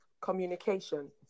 communication